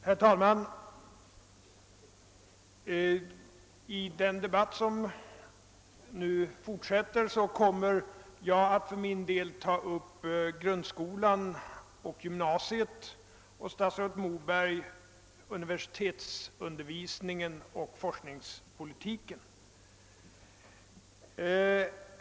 Herr talman! I den debatt som nu fölier kommer jag att ta upp grundskolan och gymnasiet och statsrådet Moberg aniversitetsundervisningen och forskningspolitiken.